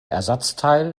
ersatzteil